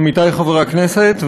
עמיתי חברי הכנסת,